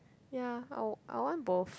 ya I want I want both